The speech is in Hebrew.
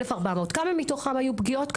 בכמה מתוכם היו פגיעות?